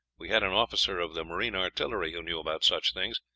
we had an officer of the marine artillery who knew about such things,